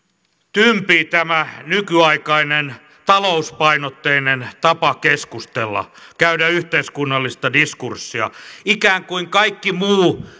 tympii tämä nykyaikainen talouspainotteinen tapa keskustella käydä yhteiskunnallista diskurssia ikään kuin kaikki muu